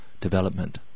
development